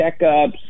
checkups